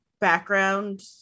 background